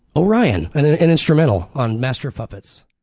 orion, and an instrumental on master of puppets.